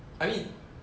I mean